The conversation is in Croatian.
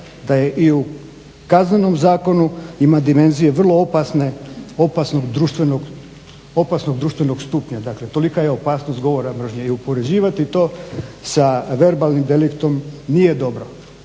da je i u Kaznenom zakonu ima dimenzije vrlo opasnog društvenog stupnja. Dakle tolika je opasnost govora mržnje i uspoređivati to sa verbalnim deliktom nije dobro.